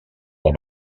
del